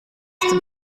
dem